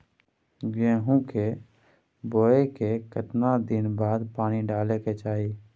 गेहूं के बोय के केतना दिन बाद पानी डालय के चाही?